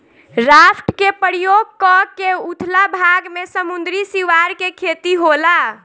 raft के प्रयोग क के उथला भाग में समुंद्री सिवार के खेती होला